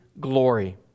glory